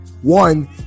one